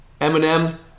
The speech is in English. Eminem